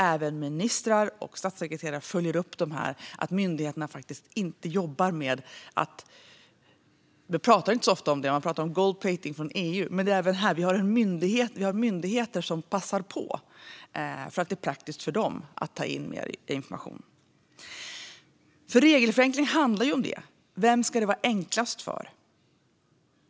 Även ministrar och statssekreterare måste följa upp dessa frågor. Det pratas om gold-plating i EU, men här finns myndigheter som passar på för att det är praktiskt för dem att ta in mer information. Regelförenkling handlar om vem det ska vara enklast för.